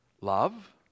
love